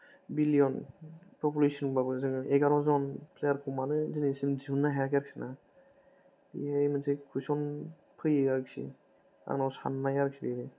billion पपुलेसनबाबो जोङो एगार'जन प्लेयारखौ मानो दिनैसिम दिहुननो हायाखै आरोना बे मोनसे कुइसन फैयो आरोखि आंनाव साननाय आरोखि बे